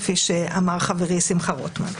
כפי שאמר חבר הכנסת שמחה רוטמן.